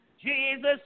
Jesus